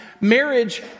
marriage